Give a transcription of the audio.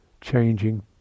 changing